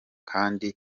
kandi